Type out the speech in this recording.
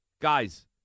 guys